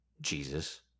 Jesus